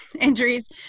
injuries